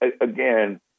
again